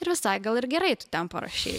ir visai gal ir gerai tu ten parašei